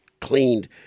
cleaned